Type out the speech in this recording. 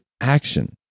action